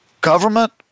government